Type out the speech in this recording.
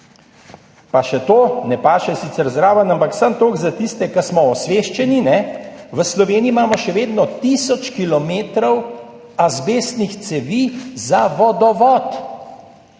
Pa še to, ne paše sicer zraven, ampak samo toliko za tiste, ki smo osveščeni, v Sloveniji imamo še vedno tisoč kilometrov azbestnih cevi za vodovod.